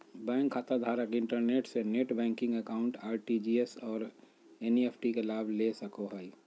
bank खाताधारक internet से net banking account, RTGS और एन.इ.एफ.टी के लाभ ले सको हइ